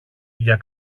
για